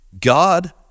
God